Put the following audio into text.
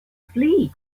flee